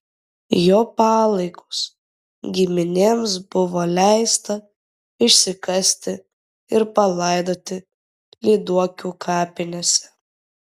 jo palaikus giminėms buvo leista išsikasti ir palaidoti lyduokių kapinėse